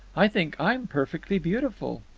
i think i'm perfectly beautiful.